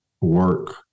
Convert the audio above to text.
work